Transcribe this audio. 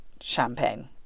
champagne